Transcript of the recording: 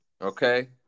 Okay